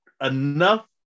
enough